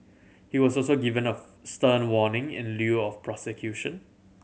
he was also given a stern warning in lieu of prosecution